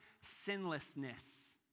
sinlessness